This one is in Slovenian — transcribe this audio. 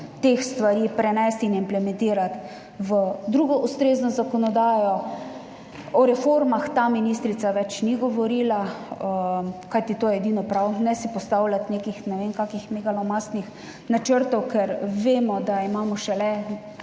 teh stvari prenesti in implementirati v drugo ustrezno zakonodajo. O reformah ta ministrica ni več govorila, kajti to je edino prav. Ne si postavljati nekih ne vem kakšnih megalomanskih načrtov, ker vemo, da imamo šele